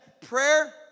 prayer